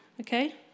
Okay